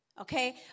okay